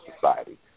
society